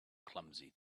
clumsy